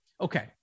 Okay